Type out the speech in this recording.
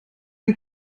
den